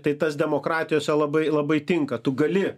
tai tas demokratijose labai labai tinka tu gali